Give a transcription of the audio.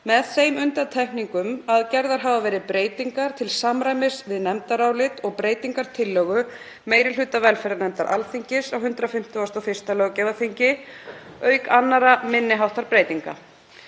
með þeim undantekningum að gerðar hafa verið breytingar til samræmis við nefndarálit og breytingartillögu meiri hluta velferðarnefndar Alþingis á 151. löggjafarþingi, auk annarra minni háttar breytinga.